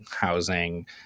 housing